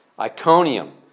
Iconium